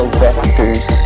vectors